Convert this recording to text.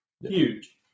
Huge